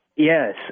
Yes